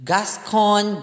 Gascon